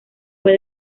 fue